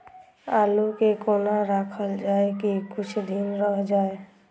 आलू के कोना राखल जाय की कुछ दिन रह जाय?